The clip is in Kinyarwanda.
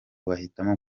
bahitamo